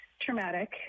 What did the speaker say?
traumatic